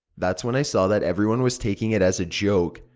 that's when i saw that everyone was taking it as a joke.